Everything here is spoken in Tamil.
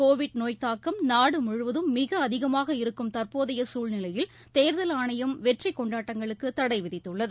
கோவிட் நோய்த்தாக்கம் நாடுமுழுவதும் மிகஅதிகமாக இருக்கும் தற்போதைபகுழ்நிலையில் தேர்தல் ஆணையம் வெற்றிகொண்டாட்டஙகளுக்குதடைவிதித்துள்ளது